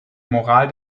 moral